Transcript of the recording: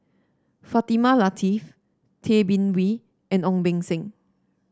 Fatimah Lateef Tay Bin Wee and Ong Beng Seng